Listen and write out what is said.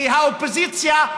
כי האופוזיציה,